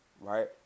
right